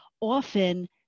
Often